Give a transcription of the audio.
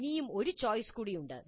ഇനിയും ഒരു ചോയ്സ് കൂടി ഉണ്ട്